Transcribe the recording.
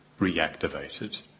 reactivated